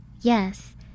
Yes